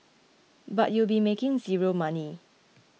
but you'll be making zero money